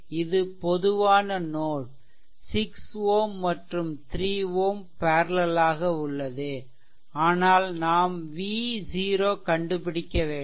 இது பொதுவான நோட் 6 Ω மற்றும் 3 Ω பேர்லெல் ஆக உள்ளதுஆனால் நாம் V0 கண்டுபிடிக்கவேண்டும்